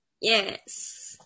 Yes